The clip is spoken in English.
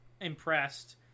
impressed